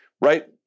right